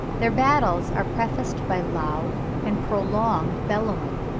their battles are prefaced by loud and prolonged bellowing,